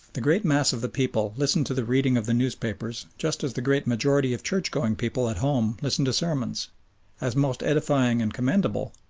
the great mass of the people listen to the reading of the newspapers just as the great majority of church-going people at home listen to sermons as most edifying and commendable,